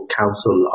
council